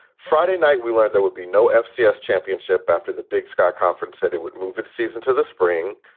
friday night, we learned there would be no ah fcs championship after the big sky conference said it would move its season to the spring.